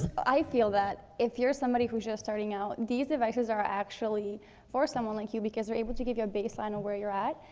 i feel that if you're somebody who's just starting out, these devices are actually for someone like you because they're able to give you a baseline of where you're at.